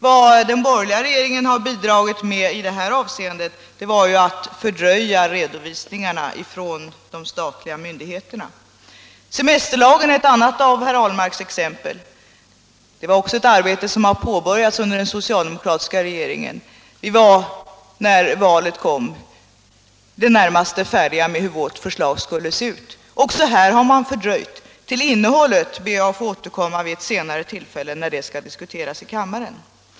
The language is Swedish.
Vad den borgerliga regeringen bidrog med i detta avseende var att fördröja redovisningarna från de statliga myndigheterna. Semesterlagen var ett annat av herr Ahlmarks exempel. Det är också ett arbete som påbörjades av den socialdemokratiska regeringen. När valet kom var vi i det närmaste färdiga med arbetet på hur vårt förslag skulle se ut. Också här har man fördröjt det hela. Till innehållet ber jag att få återkomma vid ett senare tillfälle, när det skall diskuteras i kammaren.